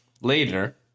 later